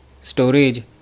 storage